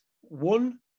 one